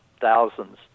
thousands